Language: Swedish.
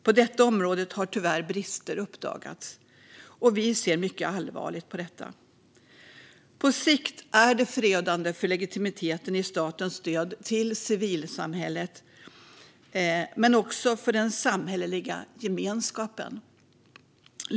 På detta område har tyvärr brister uppdagats, och vi ser mycket allvarligt på detta. På sikt är det förödande för legitimiteten i statens stöd till civilsamhället men också för den samhälleliga gemenskapen.